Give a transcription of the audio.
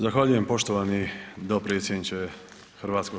Zahvaljujem poštovani dopredsjedniče HS.